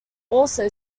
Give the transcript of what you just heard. also